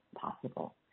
possible